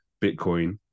bitcoin